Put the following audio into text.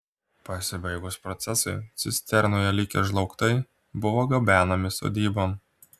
pasibaigus procesui cisternoje likę žlaugtai buvo gabenami sodybon